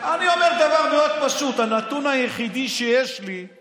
אני אומר דבר מאוד פשוט: הנתון היחידי שיש לי זה